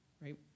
right